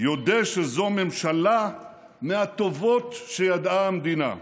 יודה שזו ממשלה מהטובות שידעה המדינה.